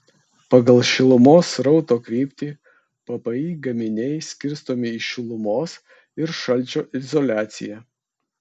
pagal šilumos srauto kryptį ppi gaminiai skirstomi į šilumos ir šalčio izoliaciją